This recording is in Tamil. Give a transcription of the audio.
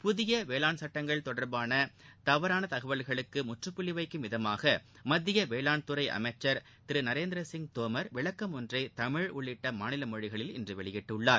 புதிய வேளாண் சட்டங்கள் தொடர்பான தவறான தகவல்களுக்கு முற்றப்புள்ளி வைக்கும் விதமாக மத்திய வேளான்துறை அமைச்சர் திரு நரேந்திர சிங் தோமர் விளக்கம் ஒன்றை தமிழ் உள்ளிட்ட மாநில மொழிகளில் இன்று வெளியிட்டுள்ளார்